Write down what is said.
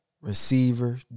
receiver